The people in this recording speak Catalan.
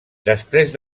després